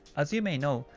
as you may know,